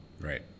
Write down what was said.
right